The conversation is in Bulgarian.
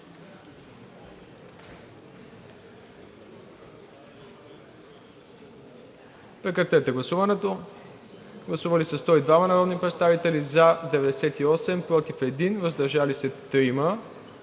режим на гласуване. Гласували 102 народни представители: за 98, против 1, въздържали се 3.